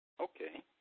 Okay